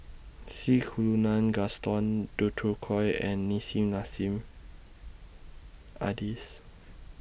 C Kunalan Gaston Dutronquoy and Nissim Nassim Adis